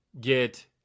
get